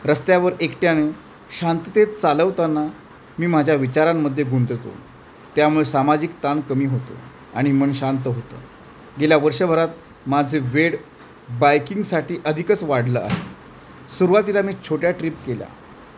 रस्त्यावर एकट्याने शांततेेत चालवताना मी माझ्या विचारांमध्ये गुंततो त्यामुळे सामाजिक ताण कमी होतो आणि मन शांत होतं गेल्या वर्षभरात माझे वेड बायकिंगसाठी अधिकच वाढलं आहे सुरवातीला मी छोट्या ट्र्रीप केल्या